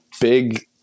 big